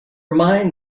mind